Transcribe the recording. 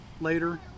later